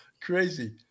crazy